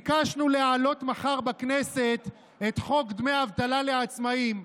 "ביקשנו להעלות מחר בכנסת את חוק דמי אבטלה לעצמאים.